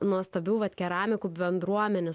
nuostabių vat keramikų bendruomenė